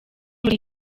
muri